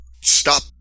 stop